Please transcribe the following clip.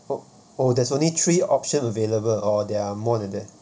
oh oh there's only three options available or there are more than that